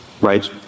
right